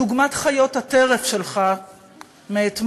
בדוגמת חיות הטרף שלך מאתמול,